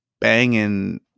banging